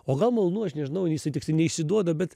o gal malonu aš nežinau jisai toksai neišsiduoda bet